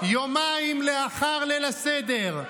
יומיים לאחר ליל הסדר,